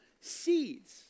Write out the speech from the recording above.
seeds